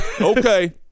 okay